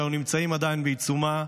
שאנחנו נמצאים עדיין בעיצומה,